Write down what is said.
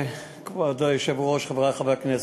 כבוד היושב-ראש, חברי חברי הכנסת,